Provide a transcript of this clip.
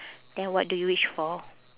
then what do you wish for